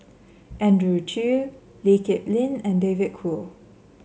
Andrew Chew Lee Kip Lin and David Kwo